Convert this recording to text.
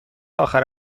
آخر